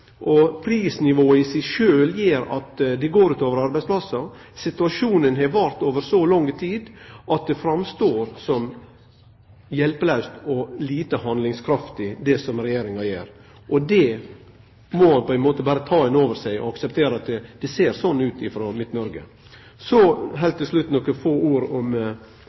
og prisnivået i seg sjølv gjer at det går ut over arbeidsplassar. Situasjonen har vart over så lang tid at det framstår som hjelpelaust og lite handlingskraftig, det som Regjeringa gjer. Det må ein på ein måte berre ta inn over seg, og akseptere at det ser slik ut frå Midt-Noreg. Så heilt til slutt nokre få ord om